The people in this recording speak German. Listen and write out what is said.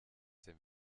dem